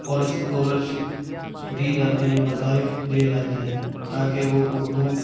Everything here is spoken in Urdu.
اور اسکالرشپ دی جاتی ہیں وظائف دیے جاتے ہیں تاکہ وہ اردو